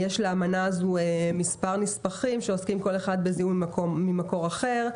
יש לאמנה הזו מספר נספחים שעוסקים כל אחד בזיהום ממקור אחר.